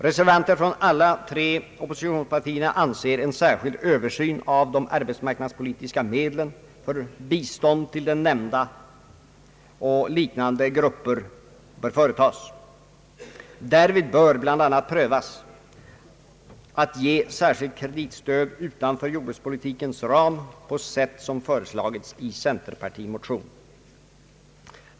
Reservanter från alla tre oppositionspartierna anser att en särskild översyn av de arbetsmarknadspolitiska medlen för bistånd till den nämnda och liknande grupper bör företas. Därvid bör bl.a. prövas att ge särskilt kreditstöd utanför jordbrukspolitikens ram på det sätt som föreslagits i en centerpartimotion.